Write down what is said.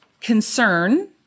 concern